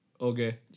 Okay